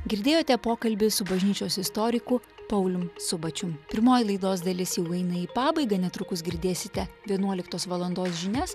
girdėjote pokalbį su bažnyčios istoriku paulium subačium pirmoji laidos dalis jau eina į pabaigą netrukus girdėsite vienuoliktos valandos žinias